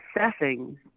assessing